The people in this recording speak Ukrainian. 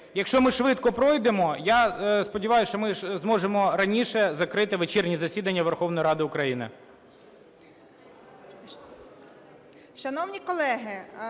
якщо ми швидко пройдемо, я сподіваюся, що ми зможемо раніше закрити вечірнє засідання Верховної Ради України.